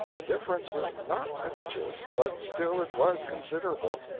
the difference was not prodigious, but still it was considerable.